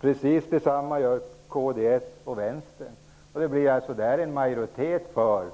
Samma sak gör kds och Vänstern. Det blir alltså där en majoritet för